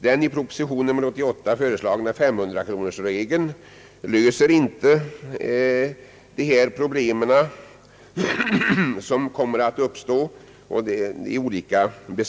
Den i proposition nr 88 föreslagna 500-kronorsregeln löser inte de problem som kommer att uppstå.